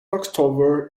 october